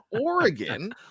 Oregon